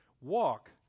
Walk